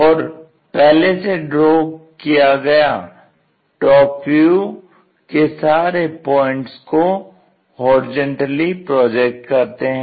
और पहले से ड्रॉ किए गया TV के सारे पॉइंट्स को होराइजेंटली प्रोजेक्ट करते हैं